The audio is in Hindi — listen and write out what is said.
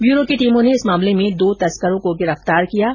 ब्यूरो की टीमों ने इस मामले में दो तस्करों को गिरफ्तार किया है